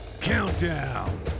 Countdown